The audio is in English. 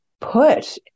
put